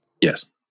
Yes